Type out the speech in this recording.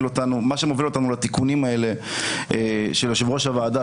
אותנו לתיקונים האלה של יושב-ראש הוועדה,